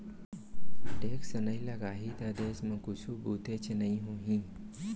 tax नइ लगाही त देस म कुछु बुतेच नइ होही